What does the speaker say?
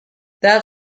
that